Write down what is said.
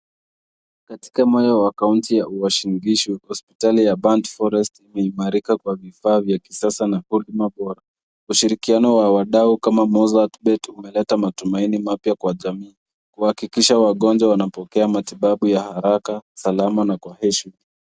Katika moyo wa kaunti ya uasin gishu hospitali ya burnt forest imeimarika kwa vifaa vya kisasa na huduma bora ushirikiano wa wadau kama mozzart bet umeleta matumaini mapya kwa jamii kuhakikisha wagonjwa wanapokea matibabu ya haraka salama na kwa heshima.